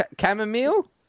Chamomile